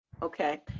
Okay